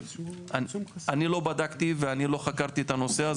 אני לא בדקתי את הנושא.